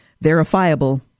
verifiable